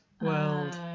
world